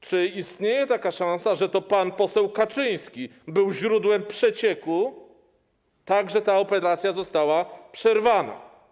Czy istnieje szansa, że to pan poseł Kaczyński był źródłem przecieku, tak że ta operacja została przerwana?